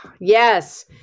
yes